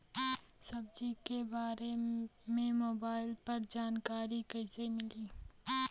सब्जी के बारे मे मोबाइल पर जानकारी कईसे मिली?